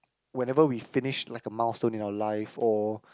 whenever we finish like a milestone in our life or